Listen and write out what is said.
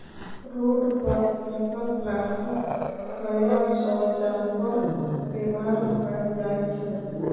road पर फेकल plastic खएला सँ जानबर बेमार भए जाइ छै